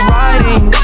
riding